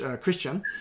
Christian